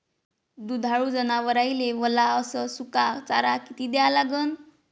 दुधाळू जनावराइले वला अस सुका चारा किती द्या लागन?